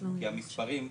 כי המספרים,